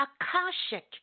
Akashic